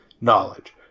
knowledge